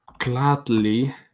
gladly